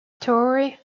torrey